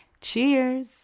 Cheers